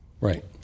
Right